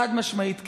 חד-משמעית כן.